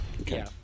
Okay